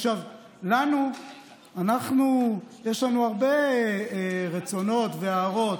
עכשיו, לנו יש הרבה רצונות והערות,